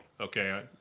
Okay